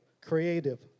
creative